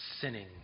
sinning